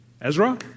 Ezra